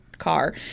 car